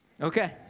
Okay